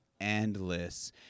endless